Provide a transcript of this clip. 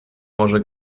może